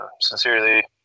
Sincerely